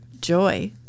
Joy